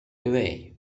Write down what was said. away